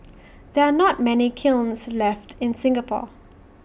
there are not many kilns left in Singapore